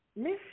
Miss